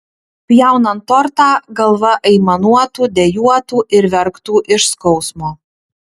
pjaunant tortą galva aimanuotų dejuotų ir verktų iš skausmo